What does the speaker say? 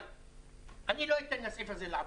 אבל לא אתן לסעיף הזה לעבור,